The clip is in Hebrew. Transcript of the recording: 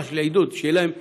ממש בעידוד, שיהיו להם תמריצים,